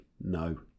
no